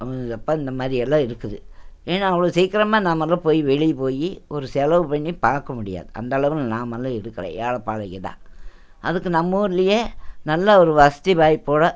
எப்பா இந்த மாதிரியெல்லாம் இருக்குது ஏன்னா அவ்வளோ சீக்கிரமாக நாமெல்லாம் போய் வெளியே போய் ஒரு செலவு பண்ணி பார்க்க முடியாது அந்தளவு நாமளும் இருக்கலை ஏழை பாழைகள் தான் அதுக்கு நம்மூர்லேயே நல்ல ஒரு வசதி வாய்ப்போடு